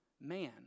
man